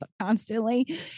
constantly